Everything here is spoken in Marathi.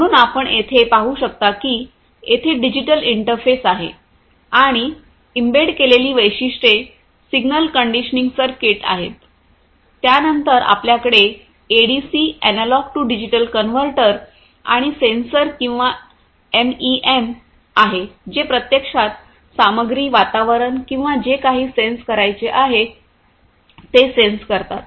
म्हणून आपण येथे पाहू शकता की येथे डिजिटल इंटरफेस आहे आणि एम्बेड केलेली वैशिष्ट्ये सिग्नल कंडिशनिंग सर्किट आहेत त्यानंतर आपल्याकडे ADC analog to digital converter आणि सेन्सर किंवा एमईएम आहे जे प्रत्यक्षात सामग्री वातावरण किंवा जे काही सेन्स करायचे आहे ते सेन्स करतात